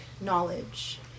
knowledge